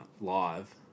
live